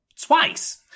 twice